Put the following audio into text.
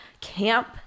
camp